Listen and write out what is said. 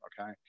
okay